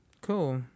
Cool